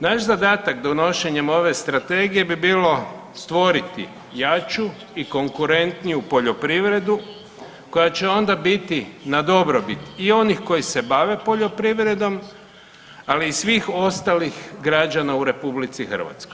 Naš zadatak donošenjem ove strategije bi bilo stvoriti jaču i konkurentniju poljoprivredu koja će onda biti na dobrobit i onih koji se bave poljoprivredom, ali i svih ostalih građana u RH.